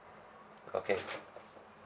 okay